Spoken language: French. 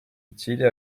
utiles